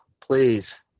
Please